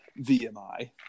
VMI